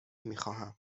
میخواهم